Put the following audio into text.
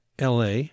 LA